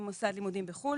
ממוסד לימודים בחו"ל.